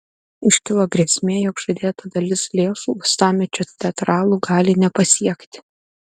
iškilo grėsmė jog žadėta dalis lėšų uostamiesčio teatralų gali nepasiekti